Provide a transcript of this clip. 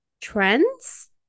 trends